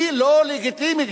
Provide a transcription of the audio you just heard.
היא לא לגיטימית.